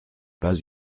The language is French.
pas